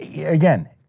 Again